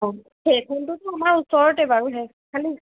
অঁ সেইখনটোতো আমাৰ ওচৰতে বাৰু হে খালী